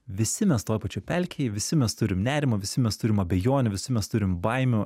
visi mes toj pačioj pelkėj visi mes turim nerimo visi mes turim abejonių visi mes turim baimių